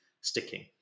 sticking